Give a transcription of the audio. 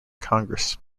congress